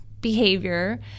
behavior